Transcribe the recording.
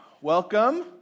welcome